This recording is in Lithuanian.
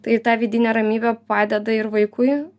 tai tą vidinė ramybė padeda ir vaikui